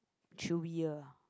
chewyer